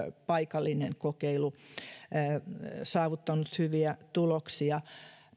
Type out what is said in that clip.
paikallinen kokeilu on saavuttanut hyviä tuloksia